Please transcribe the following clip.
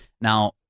Now—